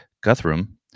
Guthrum